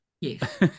Yes